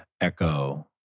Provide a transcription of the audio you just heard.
echo